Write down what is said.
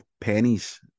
pennies